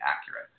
accurate